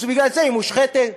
בגלל זה היא מושחתת.